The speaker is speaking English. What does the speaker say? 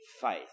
faith